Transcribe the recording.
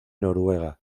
noruega